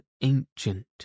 ancient